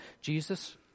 Jesus